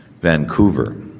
Vancouver